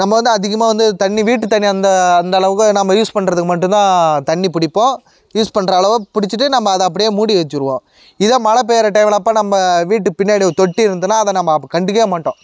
நம்ம வந்து அதிகமாக வந்து தண்ணி வீட்டு தண்ணி அந்த அந்தளவுக்கு நம்ம யூஸ் பண்ணுறதுக்கு மட்டும்தான் தண்ணி பிடிப்போம் யூஸ் பண்ணுற அளவு பிடிச்சிட்டு நம்ம அதை அப்படியே மூடி வைச்சுருவோம் இதே மழை பெய்கிற டைமில் அப்போ நம்ம வீட்டு பின்னாடி தொட்டி இருந்ததுனாலா அதை நம்ம அப்போ கண்டுக்கவே மாட்டோம்